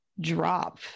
drop